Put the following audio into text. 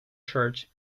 church